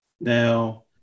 Now